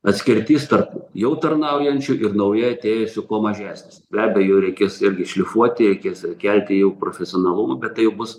atskirtis tarp jau tarnaujančių ir naujai atėjusių kuo mažesnis be abejo reikės irgi šlifuoti reikės kelti jau profesionalumą bet tai bus